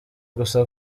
gusa